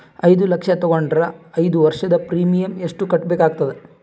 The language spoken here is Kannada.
ಐದು ಲಕ್ಷ ತಗೊಂಡರ ಐದು ವರ್ಷದ ಪ್ರೀಮಿಯಂ ಎಷ್ಟು ಕಟ್ಟಬೇಕಾಗತದ?